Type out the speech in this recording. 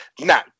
Now